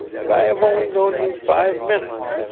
and i have only known you five minutes.